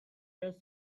this